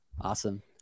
awesome